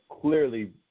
clearly